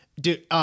dude